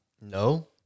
No